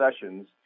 sessions